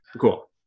cool